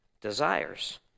desires